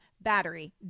battery